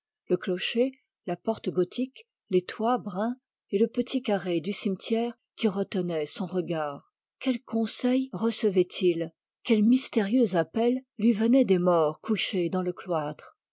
le clocher la porte gothique les toits bruns et le petit carré du cimetière qui retenait son regard quel conseil recevaitil quel mystérieux appel lui venait des morts couchés dans le cloître